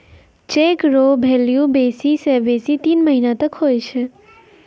cheque रो value बेसी से बेसी तीन महीना तक हुवै छै